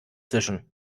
zischen